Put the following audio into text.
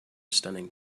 stunning